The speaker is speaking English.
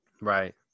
Right